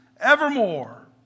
evermore